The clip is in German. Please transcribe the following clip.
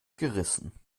gerissen